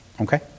Okay